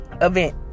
event